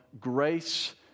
grace